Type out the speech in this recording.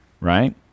right